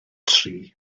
tri